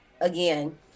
again